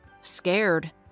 scared